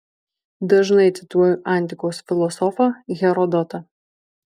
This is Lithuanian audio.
dažnai cituoju antikos filosofą herodotą